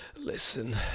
Listen